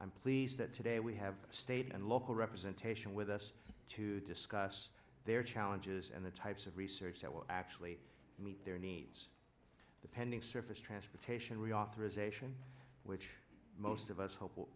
i'm pleased that today we have state and local representation with us to discuss their challenges and the types of research that will actually meet their needs the pending surface transportation reauthorization which most of us hope